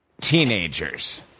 teenagers